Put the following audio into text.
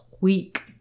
week